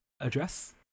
address